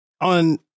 on